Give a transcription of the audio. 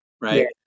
right